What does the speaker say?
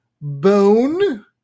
Bone